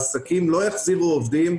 העסקים לא יחזירו עובדים,